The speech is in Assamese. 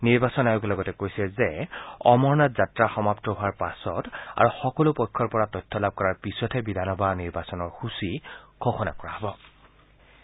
নিৰ্বাচন আয়োগে লগতে কৈছে যে অমৰনাথ যাত্ৰা সমাপ্ত হোৱাৰ পাছত আৰু সকলো পক্ষৰ পৰা তথ্য লাভ কৰাৰ পিছতহে বিধানসভা নিৰ্বাচনৰ সূচী ঘোষণা কৰা হ'ব